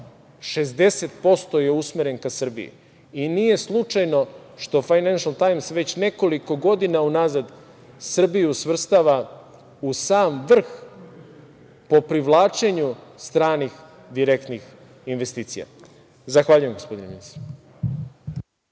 60% je usmeren ka Srbiji i nije slučajno što „Fajnenšel tajms“, već nekoliko godina unazad Srbiju svrstava u sam vrh po privlačenju stranih, direktnih investicija. Zahvaljujem, gospodine ministre.